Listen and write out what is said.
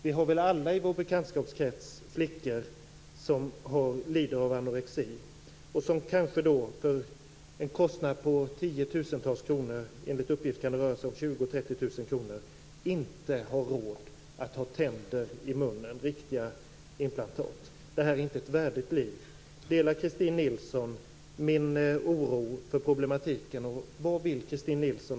Vi har väl alla i vår bekantskapskrets flickor som lider av anorexi och som inte har råd att sätta in riktiga implantat för tiotusentals kronor - enligt uppgift kan det röra sig om 20 000-30 000 kr - i munnen. Det är inte ett värdigt liv. Delar Christin Nilsson min oro för problematiken?